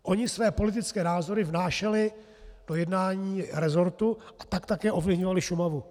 Oni své politické názory vnášeli do jednání rezortu a tak také ovlivňovali Šumavu.